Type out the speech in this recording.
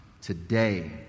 today